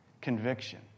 conviction